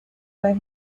where